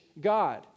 God